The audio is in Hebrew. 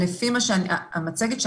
המצגת,